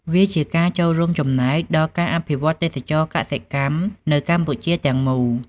វាជាការចូលរួមចំណែកដល់ការអភិវឌ្ឍទេសចរណ៍កសិកម្មនៅកម្ពុជាទាំងមូល។